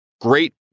great